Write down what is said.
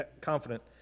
confident